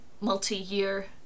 multi-year